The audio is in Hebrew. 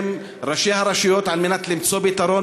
עם ראשי הרשויות על מנת למצוא פתרון?